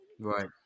right